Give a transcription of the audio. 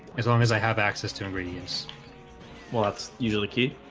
as long as i have access to ingredients well, that's usually key